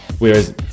Whereas